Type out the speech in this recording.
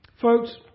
Folks